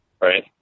right